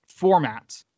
formats